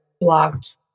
blocked